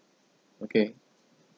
okay